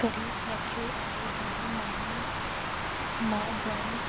करे रखियो आहे जेॾीमहिल मूं मां ड्रॉइंग